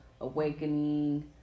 awakening